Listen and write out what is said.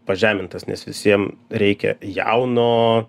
pažemintas nes visiem reikia jauno